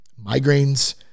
migraines